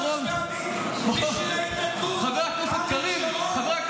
אריאל שרון, אריאל שרון, חבר הכנסת קריב.